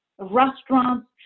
restaurants